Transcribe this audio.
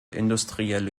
industrielle